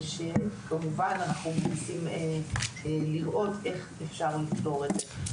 כמובן שאנחנו מנסים לראות איך אפשר לפתור את זה.